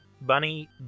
bunny